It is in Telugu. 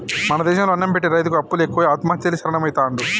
మన దేశం లో అన్నం పెట్టె రైతుకు అప్పులు ఎక్కువై ఆత్మహత్యలే శరణ్యమైతాండే